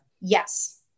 Yes